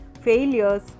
failures